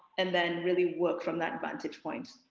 and then really work from that vantage point?